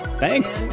Thanks